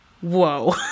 whoa